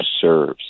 serves